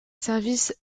service